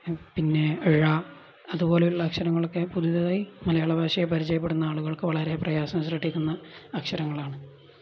പിന്നെ ഴ അതുപോലെയുള്ള അക്ഷരങ്ങളൊക്കെ പുതിയതായി മലയാള ഭാഷയെ പരിചയപ്പെടുന്ന ആളുകൾക്കു വളരെ പ്രയാസം സൃഷ്ടിക്കുന്ന അക്ഷരങ്ങളാണ്